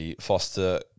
Foster